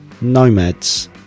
Nomads